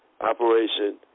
operation